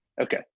Okay